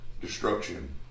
destruction